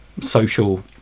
social